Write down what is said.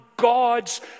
God's